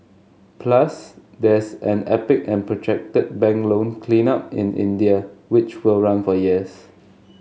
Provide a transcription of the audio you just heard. plus there's an epic and protracted bank loan cleanup in India which will run for years